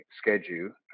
schedule